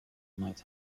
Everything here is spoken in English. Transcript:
might